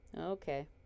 Okay